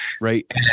Right